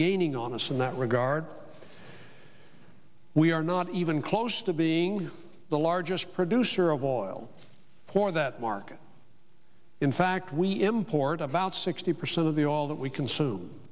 gaining on this in that regard we are not even close to being the largest producer of oil for that market in fact we import about sixty percent of the all that we consume